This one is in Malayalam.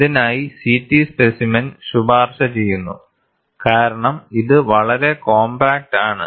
ഇതിനായി CT സ്പെസിമെൻ ശുപാർശ ചെയ്യുന്നു കാരണം ഇത് വളരെ കോംപാക്ട് ആണ്